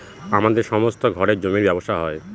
আমাদের সমস্ত ঘরে জমির ব্যবসা হয়